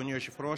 אדוני היושב-ראש,